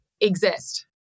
exist